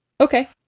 Okay